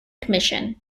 commission